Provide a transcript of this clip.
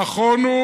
נכון הוא